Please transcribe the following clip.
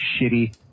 shitty